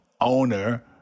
owner